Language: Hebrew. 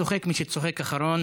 צוחק מי שצוחק אחרון.